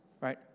right